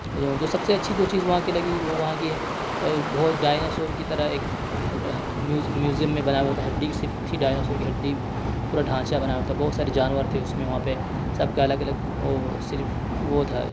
اور جو سب سے اچھی جو چیز وہاں کی لگی وہ وہاں کی بہت ڈائناسور کی طرح ایک میوزیم میں بنا ہوا تھا ہڈی صرف تھی ڈائناسور کی ہڈی پورا ڈھانچہ بنا ہوا تھا بہت سارے جانور تھے اس میں وہاں پہ سب کا الگ الگ وہ صرف وہ تھا